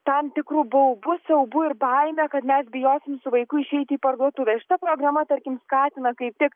tam tikru baubu siaubu ir baime kad mes bijosim su vaiku išeiti į parduotuvę šita programa tarkim skatina kaip tik